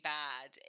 bad